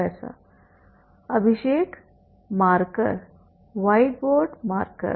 professor Abhishek marker whiteboard marker